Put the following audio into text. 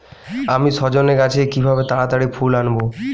আমি সজনে গাছে কিভাবে তাড়াতাড়ি ফুল আনব?